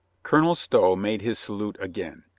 colonel stow made his salute again.